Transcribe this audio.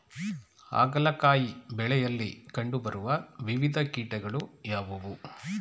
ಹಾಗಲಕಾಯಿ ಬೆಳೆಯಲ್ಲಿ ಕಂಡು ಬರುವ ವಿವಿಧ ಕೀಟಗಳು ಯಾವುವು?